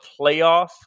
playoff